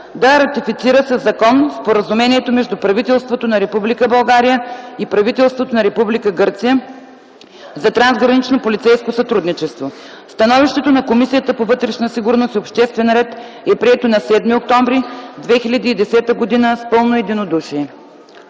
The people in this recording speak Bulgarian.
да ратифицира със закон Споразумението между правителството на Република България и правителството на Република Гърция за трансгранично полицейско сътрудничество. Становището на Комисията по вътрешна сигурност и обществен ред е прието на 7 октомври 2010 г. с пълно единодушие.”